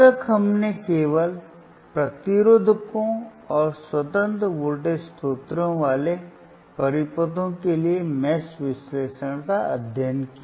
अब तक हमने केवल प्रतिरोधकों और स्वतंत्र वोल्टेज स्रोतों वाले परिपथों के लिए मेष विश्लेषण का अध्ययन किया